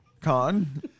Con